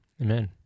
Amen